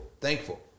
thankful